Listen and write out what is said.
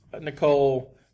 Nicole